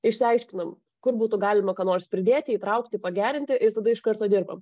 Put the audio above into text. išsiaiškinam kur būtų galima ką nors pridėti įtraukti pagerinti ir tada iš karto dirbam